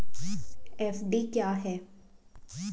FD क्या है?